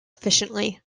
efficiently